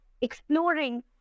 exploring